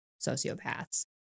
sociopaths